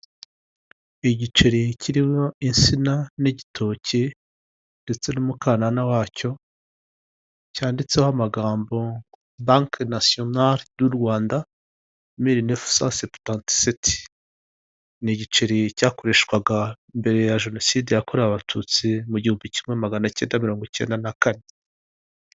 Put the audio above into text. Igiceri kiriho insina n'igitoki ndetse n'umukanana wa cyo, cyanditseho amagambo Banki nasiyonari du Rwanda miri nefu sa seputanti seti. Ni igiceri cyakoreshwaga mbere ya jenoside yakorewe abatutsi mu gihumbi kimwe maganacyenda na mirongocyenda na kane.